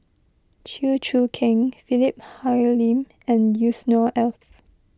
Chew Choo Keng Philip Hoalim and Yusnor Ef